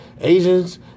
Asians